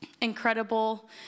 incredible